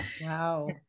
Wow